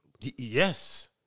Yes